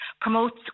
promotes